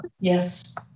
Yes